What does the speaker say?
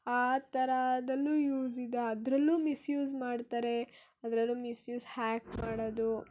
ಆ ಥರದಲ್ಲೂ ಯೂಸ್ ಇದೆ ಅದರಲ್ಲೂ ಮಿಸ್ಯೂಸ್ ಮಾಡ್ತಾರೆ ಅದರಲ್ಲೂ ಮಿಸ್ಯೂಸ್ ಹ್ಯಾಕ್ ಮಾಡೋದು